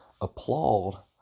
applaud